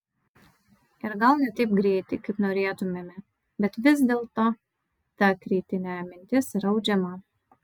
ir gal ne taip greitai kaip norėtumėme bet vis dėlto ta kritinė mintis yra audžiama